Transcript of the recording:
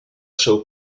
seu